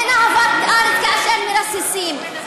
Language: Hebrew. אין אהבת הארץ כאשר מרססים,